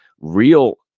real